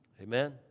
Amen